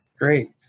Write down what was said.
Great